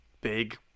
big